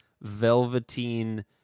velveteen